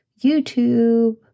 YouTube